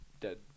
dead